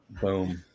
Boom